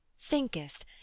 Thinketh